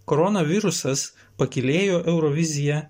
koronavirusas pakylėjo euroviziją